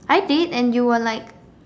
I did and you were like